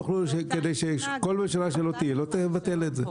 כדי שכל ממשלה שלא תהיה לא תבטל את זה.